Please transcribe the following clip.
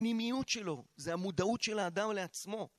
הפנימיות שלו זה המודעות של האדם לעצמו